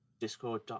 Discord